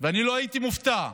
ואני לא הייתי מופתע,